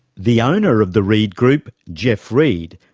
the owner of the reed group, geoff reed,